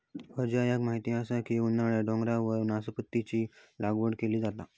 अजयाक माहीत असा की उन्हाळ्यात डोंगरावर नासपतीची लागवड केली जाता